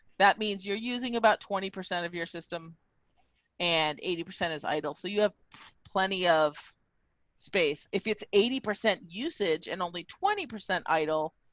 that means you're using about twenty percent of your system and eighty percent is idle. so you have plenty of space. it's eighty percent usage and only twenty percent idle.